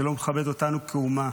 זה לא מכבד אותנו כאומה.